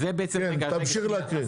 כן תמשיך להקריא.